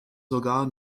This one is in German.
sogar